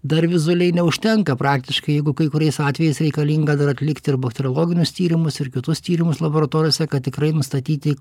dar vizualiai neužtenka praktiškai jeigu kai kuriais atvejais reikalinga dar atlikti ir bakteriologinius tyrimus ir kitus tyrimus laboratorijose kad tikrai nustatyti